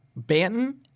Banton